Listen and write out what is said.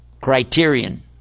criterion